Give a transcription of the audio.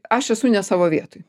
aš esu ne savo vietoj